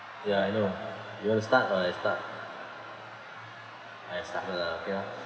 ya I know you want to start or I start I start first okay lah